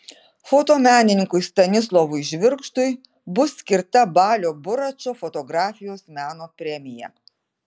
fotomenininkui stanislovui žvirgždui bus skirta balio buračo fotografijos meno premija